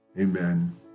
Amen